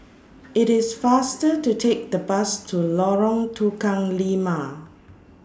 IT IS faster to Take The Bus to Lorong Tukang Lima